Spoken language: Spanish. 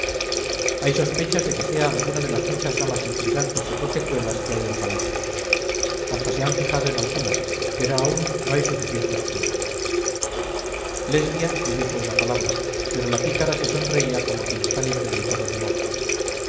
hay sospechas de que sea alguna de las muchas damas intrigantes y coquetuelas que hay en palacio hasta se han fijado en alguna pero aún no hay suficientes pruebas lesbia no dijo una palabra pero la pícara se sonreía como quien está libre de todo temor